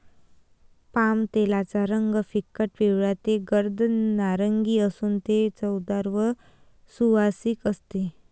पामतेलाचा रंग फिकट पिवळा ते गर्द नारिंगी असून ते चवदार व सुवासिक असते